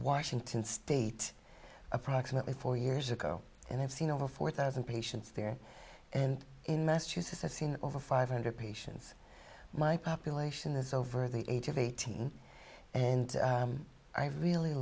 washington state approximately four years ago and i've seen over four thousand patients here and in massachusetts i've seen over five hundred patients my population is over the age of eighteen and i really